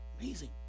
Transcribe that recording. Amazing